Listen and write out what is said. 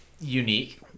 unique